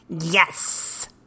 Yes